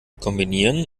kombinieren